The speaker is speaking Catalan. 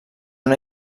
una